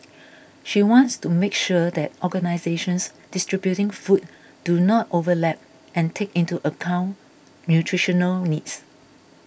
she wants to make sure that organisations distributing food do not overlap and take into account nutritional needs